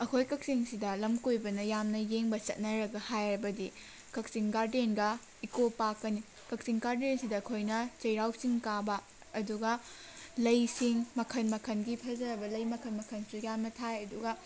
ꯑꯩꯈꯣꯏ ꯀꯛꯆꯤꯡꯁꯤꯗ ꯂꯝ ꯀꯣꯏꯕꯅ ꯌꯥꯝꯅ ꯌꯦꯡꯕ ꯆꯠꯅꯔꯒ ꯍꯥꯏꯔꯕꯗꯤ ꯀꯛꯆꯤꯡ ꯒꯥꯔꯗꯦꯟꯒ ꯏꯀꯣ ꯄꯥꯛꯀꯅꯤ ꯀꯛꯆꯤꯡ ꯒꯥꯔꯗꯦꯟꯁꯤꯗ ꯑꯩꯈꯣꯏꯅ ꯆꯩꯔꯥꯎ ꯆꯤꯡ ꯀꯥꯕ ꯑꯗꯨꯒ ꯂꯩꯁꯤꯡ ꯃꯈꯟ ꯃꯈꯟꯒꯤ ꯐꯖꯕ ꯂꯩ ꯃꯈꯟ ꯃꯈꯟꯁꯨ ꯌꯥꯝꯅ ꯊꯥꯏ ꯑꯗꯨꯒ